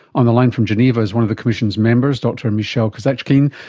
on the line from geneva is one of the commission's members, dr michel kazatchkine,